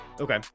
Okay